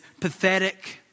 pathetic